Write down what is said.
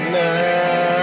now